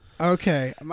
okay